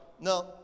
no